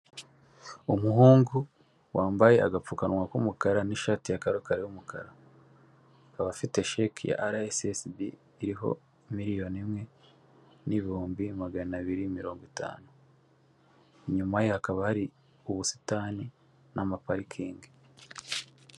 Umuhungu wambaye agapfukamunwa k'umukara n'ishati ya karokaro y'umukara, akaba afite sheki ya RSSB iriho miliyoni imwe n'ibihumbi magana abiri mirongo itanu. Inyuma ye hakaba hari ubusitani n'amaparikingi.